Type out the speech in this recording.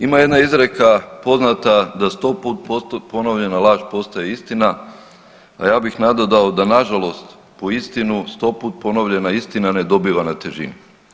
Ima jedna izreka poznata da sto put ponovljena laž postoje istina, a ja bih nadodao da nažalost po istinu sto put ponovljena istina ne dobiva na težini.